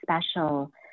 special